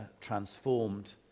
transformed